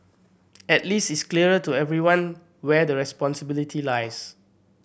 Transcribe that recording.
at least it's clearer to everyone where the responsibility lies